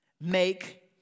make